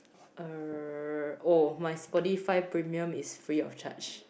uh oh my Spotify premium is free of charge